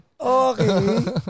Okay